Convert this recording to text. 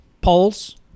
polls